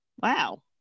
wow